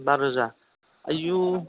बा रोजा आयौ